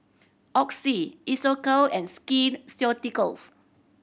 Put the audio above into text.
Oxy Isocal and Skin Ceuticals